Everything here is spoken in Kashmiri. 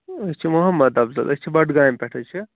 أسۍ چھِ محمد افضل أسۍ چھِ بَڈگامہِ پٮ۪ٹھ حظ چھِ